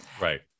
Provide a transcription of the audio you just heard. Right